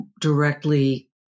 directly